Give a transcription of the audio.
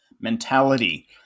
mentality